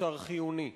מוצר חיוני.